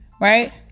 Right